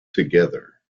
together